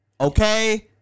Okay